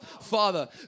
father